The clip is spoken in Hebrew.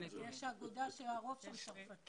יש אגודה שהרוב שם צרפתיות.